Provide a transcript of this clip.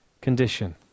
condition